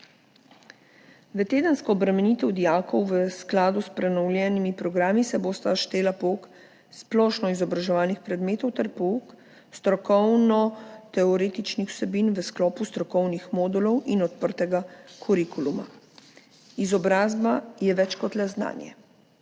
V tedensko obremenitev dijakov v skladu s prenovljenimi programi se bosta štela pouk splošnoizobraževalnih predmetov ter pouk strokovnoteoretičnih vsebin v sklopu strokovnih modulov in odprtega kurikuluma. Izobrazba je več kot le znanje.